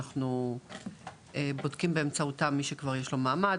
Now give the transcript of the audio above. אנחנו בודקים באמצעותם מי שכבר יש לו מעמד.